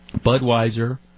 Budweiser